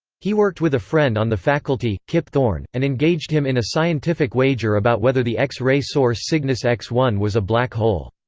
he worked with a friend on the faculty, kip thorne, and engaged him in a scientific wager about whether the x-ray source cygnus x one was a black hole.